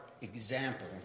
example